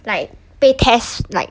like 被 test like